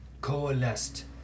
coalesced